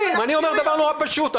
אני אומר דבר נורא פשוט.